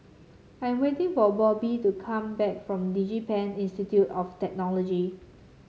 I am waiting for Bobbye to come back from DigiPen Institute of Technology